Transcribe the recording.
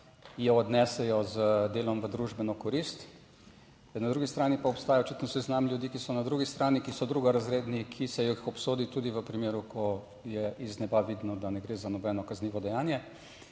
jo odnesejo z delom v družbeno korist. Na drugi strani pa obstaja očitno seznam ljudi, ki so na drugi strani, ki so drugorazredni, ki se jih obsodi tudi v primeru, ko je iz neba vidno, da ne gre za nobeno kaznivo dejanje